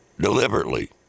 Deliberately